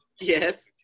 Yes